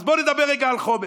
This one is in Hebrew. אז בואו נדבר רגע על חומש.